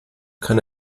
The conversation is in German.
kann